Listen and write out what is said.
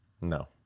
No